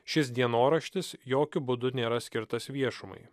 šis dienoraštis jokiu būdu nėra skirtas viešumai